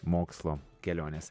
mokslo kelionės